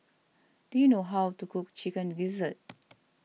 do you know how to cook Chicken Gizzard